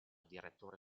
direttore